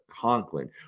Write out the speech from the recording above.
Conklin